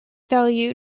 value